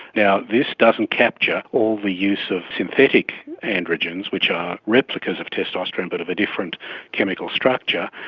now, this doesn't capture all the use of synthetic androgens which are replicas of testosterone but of a different chemical structure.